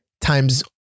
times